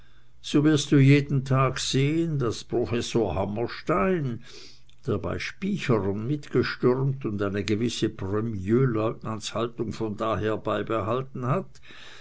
so wirst du jeden tag sehen daß professor hammerstein der bei spichern mit gestürmt und eine gewisse premierlieutenantshaltung von daher beibehalten hat